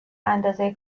اندازه